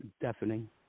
Deafening